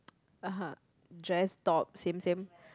(uh huh) dress top same same